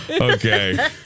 Okay